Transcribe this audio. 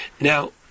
Now